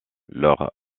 leur